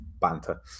banter